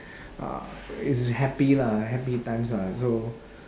ah is happy lah happy times lah so